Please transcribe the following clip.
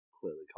clearly